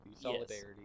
Solidarity